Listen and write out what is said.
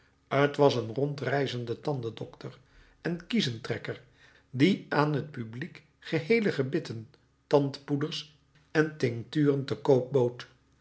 t was een rondreizende tandendokter en kiezentrekker die aan het publiek geheele gebitten tandpoeders en tincturen te koop bood